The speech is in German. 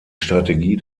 strategie